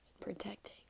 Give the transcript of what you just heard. protecting